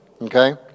okay